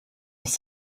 have